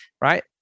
right